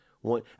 one